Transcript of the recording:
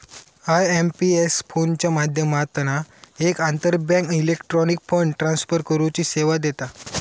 IMPS फोनच्या माध्यमातना एक आंतरबँक इलेक्ट्रॉनिक फंड ट्रांसफर करुची सेवा देता